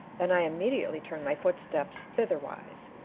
and i immediately turn my footsteps thitherwise.